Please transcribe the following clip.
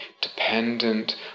dependent